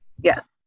yes